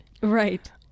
Right